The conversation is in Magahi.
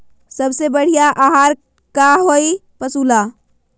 सबसे बढ़िया आहार का होई पशु ला?